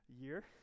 year